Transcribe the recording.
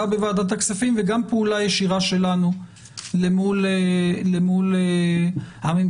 בוועדת הכספים וגם פעולה ישירה שלנו למול הממשלה,